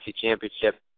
Championship